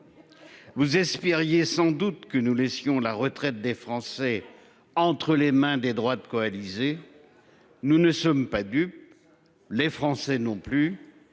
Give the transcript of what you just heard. Vous espériez que nous laisserions les retraites des Français aux mains des droites coalisées. Nous ne sommes pas dupes, les Français non plus.